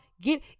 Give